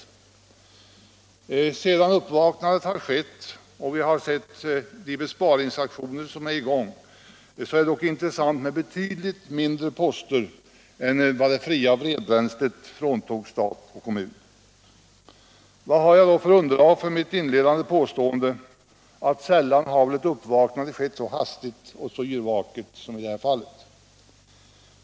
Sedan uppvaknandet har skett — och vi har sett de besparingsaktioner som pågår — är det dock betydligt mindre poster än vad det fria vedbränslet fråntog stat och kommun som är intressanta. Vad har jag då för underlag för mitt inledande påstående att ett uppvaknande väl sällan har skett så hastigt och så yrvaket som i detta fall?